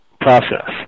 process